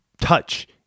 touch